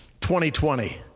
2020